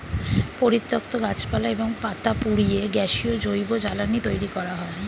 পরিত্যক্ত গাছপালা এবং পাতা পুড়িয়ে গ্যাসীয় জৈব জ্বালানি তৈরি করা হয়